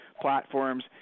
platforms